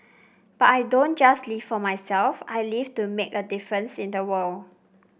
but I don't just live for myself I live to make a difference in the world